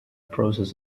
process